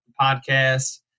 podcast